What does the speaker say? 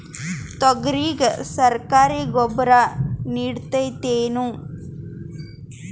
ತೊಗರಿಗ ಸರಕಾರಿ ಗೊಬ್ಬರ ನಡಿತೈದೇನು?